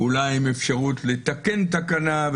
אולי עם אפשרות לתקן תקנה.